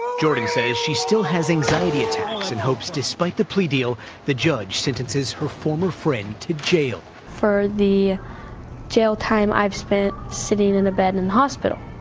jordan says she still has anxiety attacks and hopes despite the plea deal the judge sentences her former friend to jail. for the jail time i've spent sitting in a bed in in the hospital.